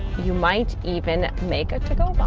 you might even make a taco box.